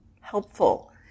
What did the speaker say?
helpful